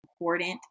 important